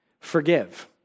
Forgive